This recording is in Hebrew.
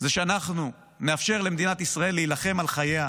שאנחנו נאפשר למדינת ישראל להילחם על חייה